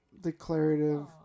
declarative